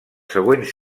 següents